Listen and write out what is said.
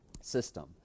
system